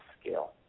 scale